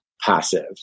passive